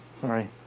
sorry